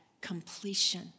completion